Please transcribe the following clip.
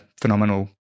phenomenal